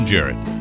Jarrett